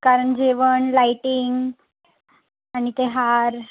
कारण जेवण लायटिंग आणि ते हार